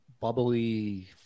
bubbly